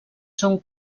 són